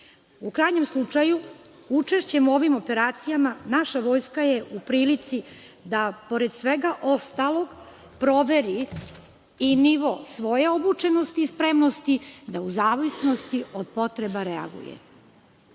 krajnjem slučaju, učešćem u ovim operacijama naša Vojska je u prilici da pored svega ostalog proveri i nivo svoje obučenosti i spremnosti da u zavisnosti od potreba reaguje.